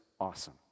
awesome